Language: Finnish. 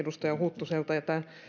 edustaja huttuselta